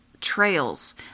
trails